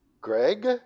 Greg